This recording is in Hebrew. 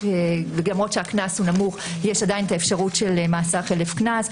ולמרות שהקנס הוא נמוך יש עדיין את האפשרות של מאסר חלף קנס.